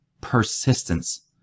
persistence